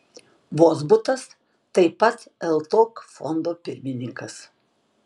vozbutas taip pat ltok fondo pirmininkas